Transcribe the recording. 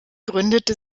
gründete